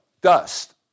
dust